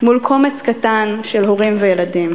מול קומץ קטן של הורים וילדים.